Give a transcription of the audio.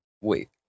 Wait